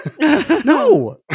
no